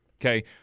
okay